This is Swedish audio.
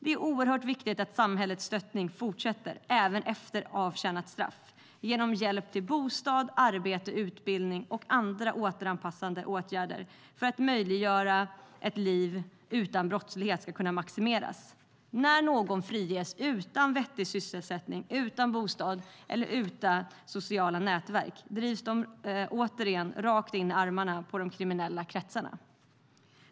Det är oerhört viktigt att samhällets stöttning fortsätter även efter avtjänat straff genom hjälp till bostad, arbete, utbildning och andra återanpassande åtgärder för att möjliggöra ett liv utan brottlighet. När någon friges utan vettig sysselsättning, utan bostad eller utan socialt nätverk drivs personen återigen rakt i armarna på de kriminella kretsarna.